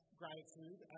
gratitude